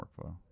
workflow